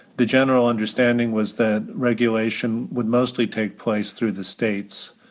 the general understanding was that regulation would mostly take place through the states.